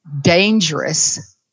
dangerous